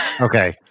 Okay